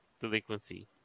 delinquency